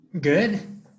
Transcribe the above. Good